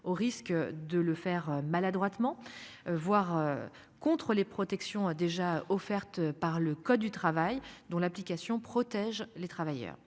au risque de le faire maladroitement voire. Contre les protections déjà offertes par le code du travail dont l'application protège les travailleurs,